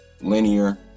linear